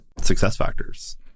SuccessFactors